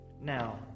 now